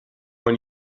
when